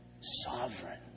sovereign